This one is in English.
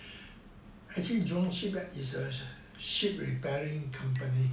actually jurong shipyard is a ship repairing company